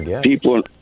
people